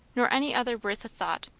nor any other worth a thought.